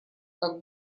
как